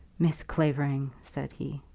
miss clavering, said he,